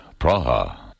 Praha